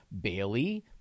Bailey